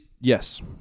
yes